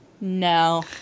no